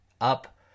up